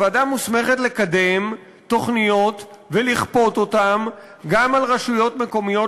הוועדה מוסמכת לקדם תוכניות ולכפות אותן גם על רשויות מקומיות,